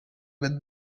with